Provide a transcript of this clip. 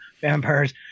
vampires